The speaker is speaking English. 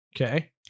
Okay